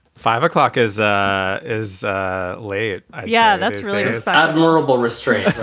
five o'clock is is late yeah. that's really admirable restraint.